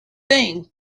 thing